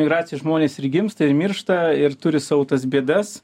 emigracijoj žmonės ir gimsta ir miršta ir turi savo tas bėdas